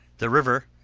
the river,